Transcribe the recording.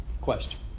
Question